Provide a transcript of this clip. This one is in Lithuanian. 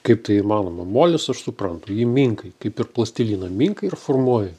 kaip tai įmanoma molis aš suprantu jį minkai kaip ir plastiliną minkai ir formuoji